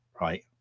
right